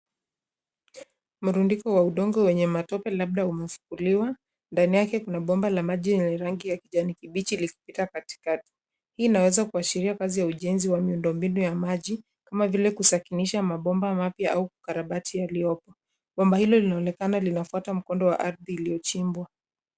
Mrundiko wa udongo wenye matope labda umefukuliwa, ndani yake kuna bomba la maji lenye rangi ya kijani kibichi likipita katikati. Hii inaweza kuashiria kazi ya ujenzi wa miundombinu ya maji, kama vile kusakinisha mabomba mapya au kukarabati yaliyopo. Bomba hilo linaonekana linafuata mkondo wa ardhi iliochimbwa.